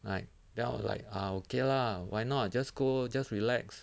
like then I'll like ah okay lah why not just go just relax